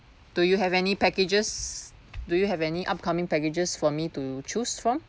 do you have any packages do you have any upcoming packages for me to choose from